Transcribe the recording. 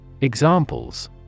Examples